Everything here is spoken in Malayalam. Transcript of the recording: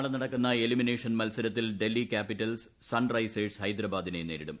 നാളെ നടക്കുന്ന എലിമിനേഷൻ മൽസരത്തിൽ ഡൽഹി ക്യാപിറ്റൽസ് സൺ റൈസേഴ്സ് ഹൈദരാബാദിനെ നേരിടും